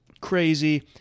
crazy